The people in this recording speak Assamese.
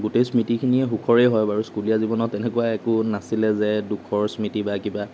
গোটেই স্মৃতিখিনিয়ে সুখৰে হয় বাৰু স্কুলীয়া জীৱনত এনেকুৱা একো নাছিলে যে দুখৰ স্মৃতি বা কিবা